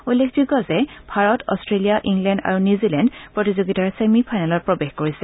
উল্লেখযোগ্য যে Bharat Australia England আৰু নিউজিলেণ্ড প্ৰতিযোগিতাৰ ছেমিফাইনেলত প্ৰৱেশ কৰিছে